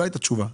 לא הייתה תשובה.